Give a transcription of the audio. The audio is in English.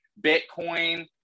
Bitcoin